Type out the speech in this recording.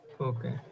Okay